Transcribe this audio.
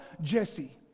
Jesse